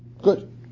Good